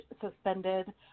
suspended